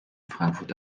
frankfurt